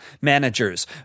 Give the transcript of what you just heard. managers